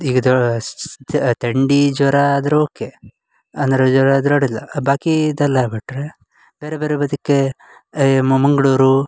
ಈಗ ಥಂಡಿ ಜ್ವರ ಆದರೂ ಓಕೆ ಅಂದರೆ ಜ್ವರ ಇದ್ದರೆ ಅಡ್ಡಿಲ್ಲ ಬಾಕಿ ಇದೆಲ್ಲ ಬಿಟ್ಟರೆ ಬೇರೆ ಬೇರೆ ಬದಿಗೆ ಏ ಮಂಗಳೂರು